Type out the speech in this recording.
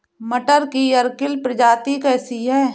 मटर की अर्किल प्रजाति कैसी है?